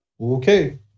Okay